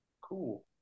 cool